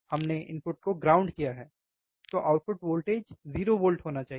हमने इनपुट को ग्राउंड किया है तो आउटपुट वोल्टेज 0 वोल्ट होना चाहिए